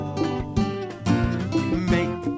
make